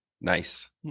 Nice